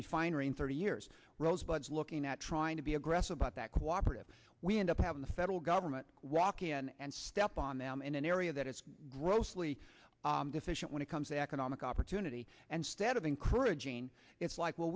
refinery in thirty years rosebuds looking at trying to be aggressive about that cooperative we end up having the federal government walk in and step on them in an area that is grossly deficient when it comes to economic opportunity and stead of encouraging it's like well